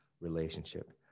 relationship